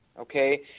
okay